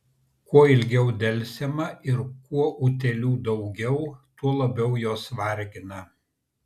kuo ilgiau delsiama ir kuo utėlių daugiau tuo labiau jos vargina